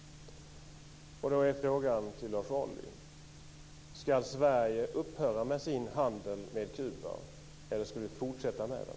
Ska Sverige upphöra med sin handel med Kuba eller ska Sverige fortsätta med den?